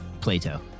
Plato